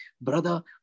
brother